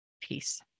peace